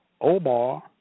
Omar